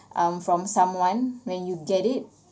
um from someone when you get it